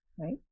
right